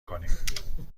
کنیم